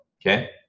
Okay